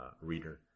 reader